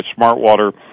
Smartwater